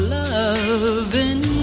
loving